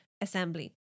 assembly